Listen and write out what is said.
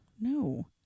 no